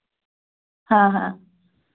हां हां